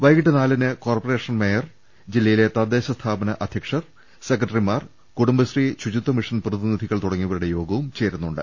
വൈകീട്ട് നാലിന് corporation mayor ജില്ലയിലെ തദ്ദേശ സ്ഥാപന അധ്യക്ഷർ സെക്രട്ടറിമാർ കുടുംബശ്രീ ശുചിത്വ മിഷൻ പ്രതിനിധികൾ തുടങ്ങിയവരുടെ യോഗവും ചേരുന്നുണ്ട്